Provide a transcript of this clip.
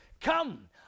come